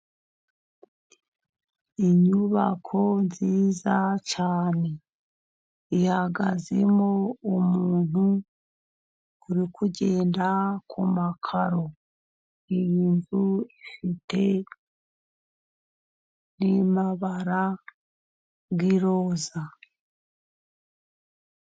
Inyubako nziza cyane. Ihagazemo umuntu uri kugenda ku makaro. Iyi nzu ifitemo n'amabara y'iroza.